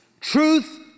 Truth